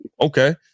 Okay